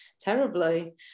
terribly